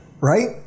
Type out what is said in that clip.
right